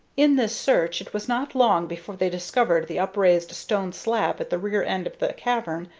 in this search it was not long before they discovered the upraised stone slab at the rear end of the cavern,